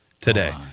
today